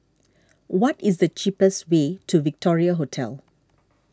what is the cheapest way to Victoria Hotel